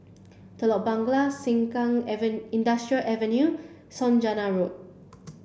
Telok Blangah Sengkang Industrial Avenue Saujana Road